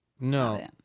No